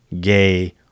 gay